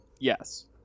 Yes